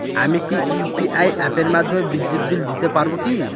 আমি কি ইউ.পি.আই অ্যাপের মাধ্যমে বিদ্যুৎ বিল দিতে পারবো কি?